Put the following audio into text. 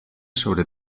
sobre